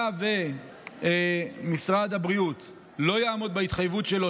היה ומשרד הבריאות לא יעמוד בהתחייבות שלו,